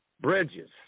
bridges